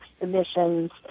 emissions